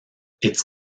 its